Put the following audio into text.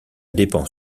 dépend